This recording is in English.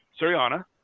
Sariana